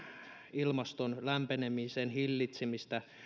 ilmaston lämpenemisen hillitsemistä